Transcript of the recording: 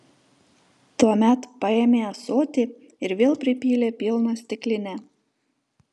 tuomet paėmė ąsotį ir vėl pripylė pilną stiklinę